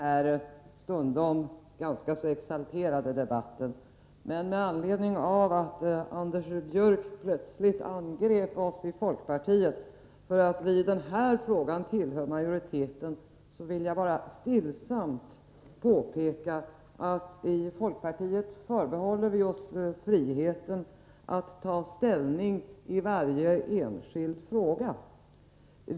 Fru talman! Jag skall inte förlänga den här stundtals så exalterade — Onsda gen den debatten. Men med anledning av att Anders Björck plötsligt angrep oss i — 14 mars 1984 folkpartiet för att vi i den här frågan tillhör majoriteten, vill jag bara stillsamt påpeka att i folkpartiet förbehåller vi oss rätten att ta ställning i varje enskild — Försök med kabel: fråga.